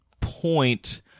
point